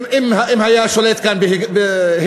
אם היה שולט כאן היגיון.